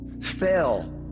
fail